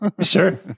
Sure